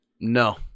No